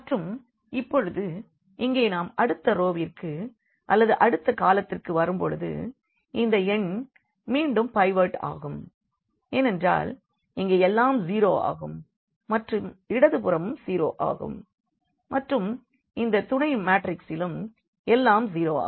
மற்றும் இப்பொழுது இங்கே நாம் அடுத்த ரோவிற்கு அல்லது அடுத்த காலத்திற்கு வரும் பொழுது இந்த எண் மீண்டும் பைவட் ஆகும் ஏனென்றால் இங்கே எல்லாம் 0 ஆகும் மற்றும் இடதுபுறமும் 0 ஆகும் மற்றும் இந்த துணை மாட்ரிக்ஸிலும் எல்லாம் 0 ஆகும்